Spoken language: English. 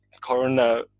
corona